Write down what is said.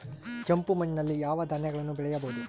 ಕೆಂಪು ಮಣ್ಣಲ್ಲಿ ಯಾವ ಧಾನ್ಯಗಳನ್ನು ಬೆಳೆಯಬಹುದು?